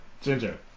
Ginger